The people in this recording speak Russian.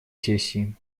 сессии